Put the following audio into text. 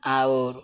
ଆଉ